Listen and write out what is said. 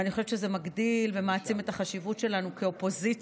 ואני חושבת שזה מגדיל ומעצים את החשיבות שלנו כאופוזיציה